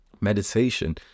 Meditation